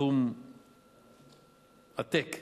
סכום עתק.